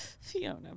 Fiona